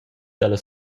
dalla